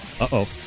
Uh-oh